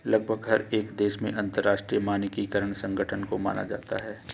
लगभग हर एक देश में अंतरराष्ट्रीय मानकीकरण संगठन को माना जाता है